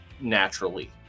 naturally